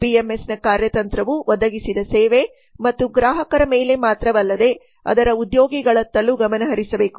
ಪಿಎಂಎಸ್ನ ಕಾರ್ಯತಂತ್ರವು ಒದಗಿಸಿದ ಸೇವೆ ಮತ್ತು ಗ್ರಾಹಕರ ಮೇಲೆ ಮಾತ್ರವಲ್ಲದೆ ಅದರ ಉದ್ಯೋಗಿಗಳತ್ತಲೂ ಗಮನಹರಿಸಬೇಕು